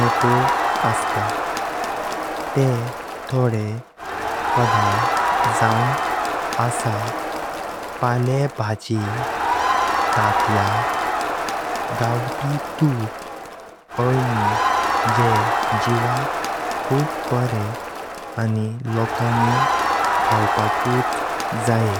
नाकलो असता। ते थोडे पदार्थ जावं असा पाले भाजी, ताट्या, गावटी तुप, आल्मी जेह जीवाक खूप बरे आनी लोकांनी खाऊपाकुई जाय।